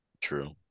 True